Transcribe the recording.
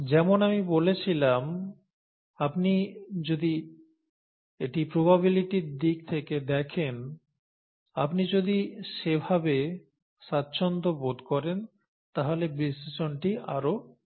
যেমন আমি বলেছিলাম আপনি যদি এটি প্রবাবিলিটির দিক থেকে দেখেন আপনি যদি সেভাবে স্বাচ্ছন্দ্য বোধ করেন তাহলে বিশ্লেষণটি আরও সহজ হয়ে যায়